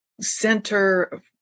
center